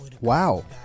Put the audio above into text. Wow